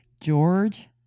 George